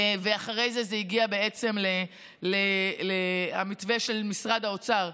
ואחרי זה בעצם המתווה של משרד האוצר,